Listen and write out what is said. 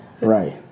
right